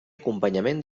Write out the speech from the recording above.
acompanyament